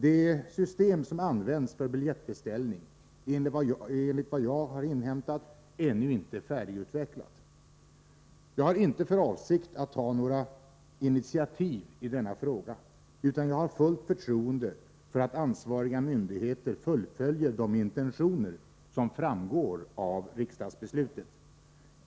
Det system som används för biljettbeställning är enligt vad jag har inhämtat ännu inte färdigutvecklat. Jag har inte för avsikt att ta några initiativ i denna fråga, utan jag har fullt förtroende för att ansvariga myndigheter fullföljer de intentioner som framgår av riksdagsbeslutet.